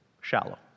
shallow